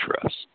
trust